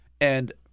And-